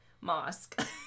Mosque